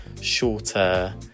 shorter